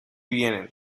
vienen